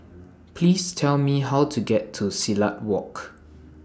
Please Tell Me How to get to Silat Walk